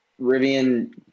Rivian